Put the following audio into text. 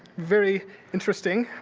very interesting,